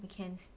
weekends